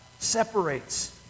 separates